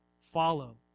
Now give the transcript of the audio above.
follow